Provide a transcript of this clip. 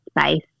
space